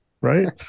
right